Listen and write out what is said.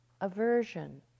aversion